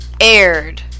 aired